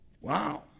wow